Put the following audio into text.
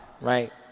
right